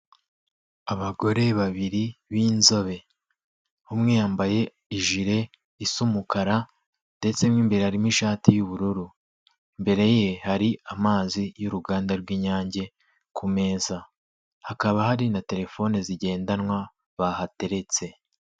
Abagore babiri b'inzobe, umwe yambaye ijire isa umukara ndetse n'imbere harimo ishati y'ubururu, imbere ye hari amazi y'uruganda rw'Inyange ku meza hakaba hari na telefone zigendanwa bahateretse.